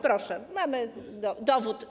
Proszę, mamy dowód.